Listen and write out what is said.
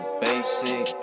basic